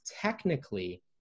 technically